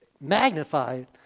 magnified